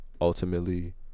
Ultimately